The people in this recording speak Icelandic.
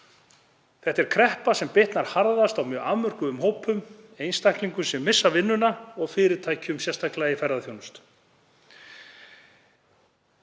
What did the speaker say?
Þetta er kreppa sem bitnar harðast á mjög afmörkuðum hópum, einstaklingum sem missa vinnuna, og fyrirtækjum, sérstaklega í ferðaþjónustu.